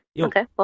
okay